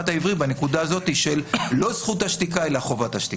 העברי בנקוד הזאת של לא זכות השתיקה אלא חובת השתיקה.